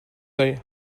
ask